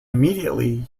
immediately